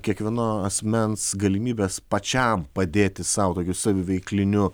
kiekvieno asmens galimybes pačiam padėti sau tokiu saviveikliniu